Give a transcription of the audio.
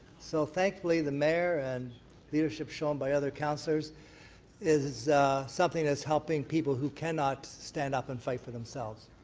so thankfully the mayor and leadership shown by other councillors is something that's helping people who cannot stand up and fight for themselves.